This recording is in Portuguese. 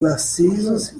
narcisos